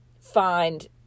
find